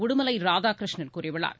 உடுமலை ராதாகிருஷ்ணன் கூறியுள்ளார்